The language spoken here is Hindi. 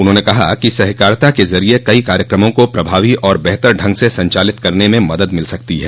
उन्होंने कहा कि सहकारिता के जरिये कई कार्यक्रमों को प्रभावी और बेहतर ढंग से संचालित करने में मदद मिल सकती है